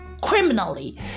Criminally